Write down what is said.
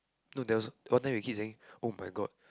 no there was one time we keep saying [oh]-my-god